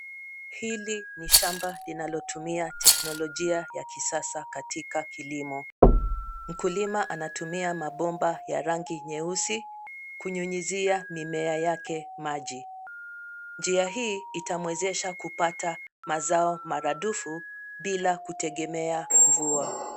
Hili ni shamba linalotumia teknolojia ya kisasa katika kilimo. Mkulima anatumia mabomba ya rangi nyeusi kunyunyizia mimea yake maji. Njia hii itamuwezesha kupata mazao mara dufu bila kutegemea mvua.